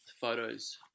photos